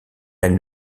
elle